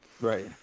Right